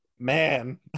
Man